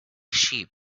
sheep